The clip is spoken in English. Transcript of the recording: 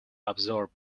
absorb